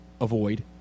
avoid